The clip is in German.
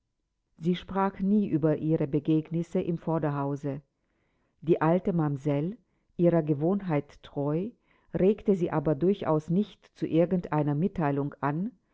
sie sprach nie über ihre begegnisse im vorderhause die alte mamsell ihrer gewohnheit treu regte sie auch durchaus nicht zu irgend einer mitteilung an